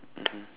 mmhmm